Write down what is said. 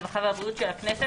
הרווחה והבריאות של הכנסת,